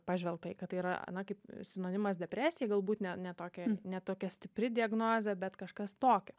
pažvelgta į kad tai yra na kaip sinonimas depresijai galbūt ne ne tokia ne tokia stipri diagnozė bet kažkas tokio